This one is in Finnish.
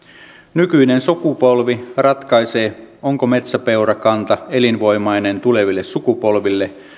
nykyinen sukupolvi ratkaisee onko metsäpeurakanta elinvoimainen tuleville sukupolville